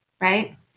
right